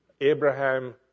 Abraham